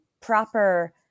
proper